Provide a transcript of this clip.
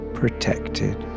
protected